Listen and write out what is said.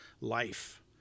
life